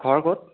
ঘৰ ক'ত